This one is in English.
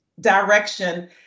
direction